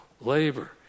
labor